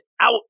out